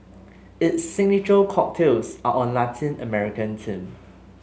its signature cocktails are on Latin American theme